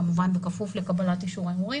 כמובן בכפוף לקבלת אישור הורים,